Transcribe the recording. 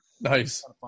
Nice